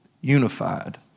unified